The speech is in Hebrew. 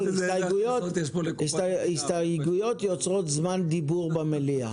בסדר, הסתייגויות יוצרות זמן דיבור במליאה.